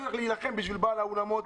אני הולך להילחם בשביל בעלי האולמות,